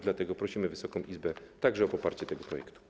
Dlatego prosimy Wysoką Izbę także o poparcie tego projektu.